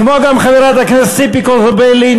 כמו גם חברת הכנסת ציפי חוטובלי,